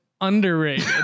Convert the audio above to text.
underrated